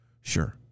sure